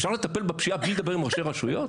אפשר לטפל בפשיעה בלי לדבר עם ראשי רשויות?